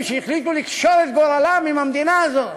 שהחליטו לקשור את גורלם עם המדינה הזאת.